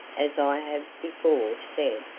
as i have before said,